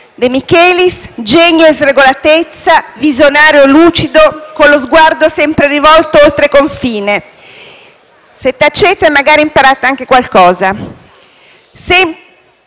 De Michelis: genio e sregolatezza, visionario lucido, con lo sguardo sempre rivolto oltreconfine. *(Brusio)*. Se tacete, magari imparate anche qualcosa.